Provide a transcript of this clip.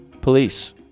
Police